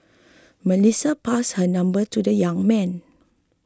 Melissa passed her number to the young man